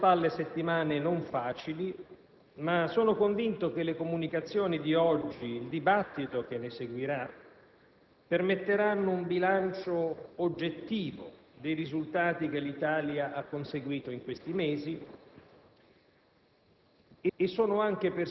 Abbiamo alle spalle settimane non facili, ma sono convinto che le comunicazioni di oggi ed il dibattito che ne seguirà permetteranno un bilancio oggettivo dei risultati che l'Italia ha conseguito in questi mesi.